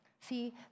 See